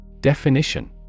Definition